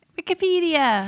Wikipedia